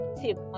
tip